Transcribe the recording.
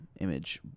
image